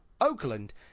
Oakland